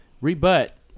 Rebut